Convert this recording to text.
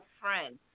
friends